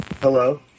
Hello